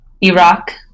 Iraq